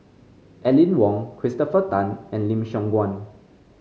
Aline Wong Christopher Tan and Lim Siong Guan